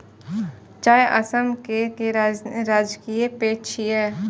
चाय असम केर राजकीय पेय छियै